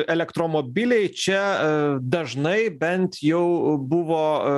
elektromobiliai čia dažnai bent jau buvo